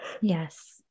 Yes